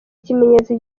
ikimenyetso